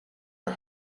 are